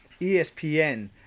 ESPN